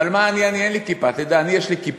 אבל מה, אני, אין לי כיפה, אני, יש לי כיפונת.